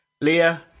Leah